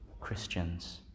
Christians